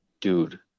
dude